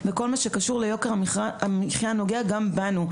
וכל מה שנוגע ליוקר המחייה נוגע גם בנו.